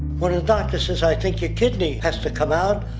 when a doctor says, i think your kidney has to come out,